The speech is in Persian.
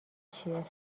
چیه